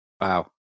Wow